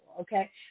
okay